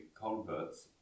converts